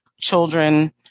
children